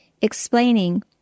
explaining